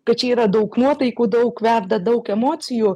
kad čia yra daug nuotaikų daug verda daug emocijų